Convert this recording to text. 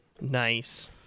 Nice